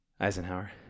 Eisenhower